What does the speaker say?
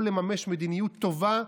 יכול לממש מדיניות טובה,